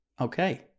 Okay